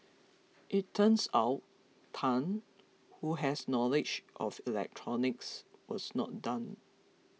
it turns out Tan who has knowledge of electronics was not done